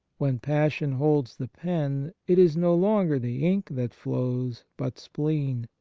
when passion holds the pen, it is no longer the ink that flows, but spleen,